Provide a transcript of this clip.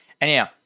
Anyhow